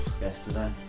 Yesterday